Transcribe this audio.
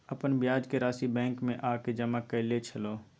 अपन ब्याज के राशि बैंक में आ के जमा कैलियै छलौं?